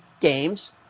games